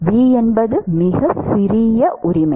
v என்பது மிகச் சிறிய உரிமை